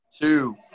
two